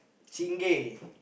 Chingay